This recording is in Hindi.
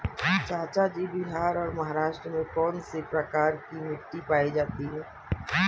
चाचा जी बिहार और महाराष्ट्र में कौन सी प्रकार की मिट्टी पाई जाती है?